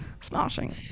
Smashing